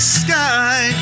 sky